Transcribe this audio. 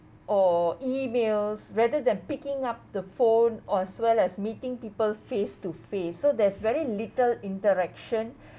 or e-mails rather than picking up the phone or as well as meeting people face to face so there's very little interaction